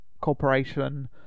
Corporation